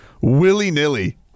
Willy-nilly